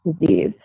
disease